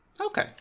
okay